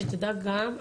שתדע גם,